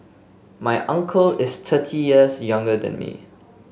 my uncle is thirty years younger than me